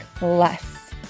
less